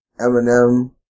Eminem